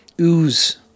ooze